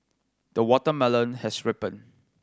the watermelon has ripened